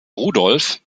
rudolph